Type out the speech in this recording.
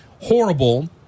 horrible